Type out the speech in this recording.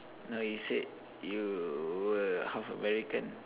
no you said you were half American